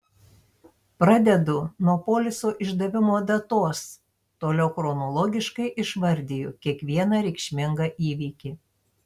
pradedu nuo poliso išdavimo datos toliau chronologiškai išvardiju kiekvieną reikšmingą įvykį